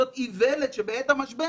זו איוולת שבעת המשבר